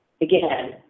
again